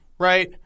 Right